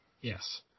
Yes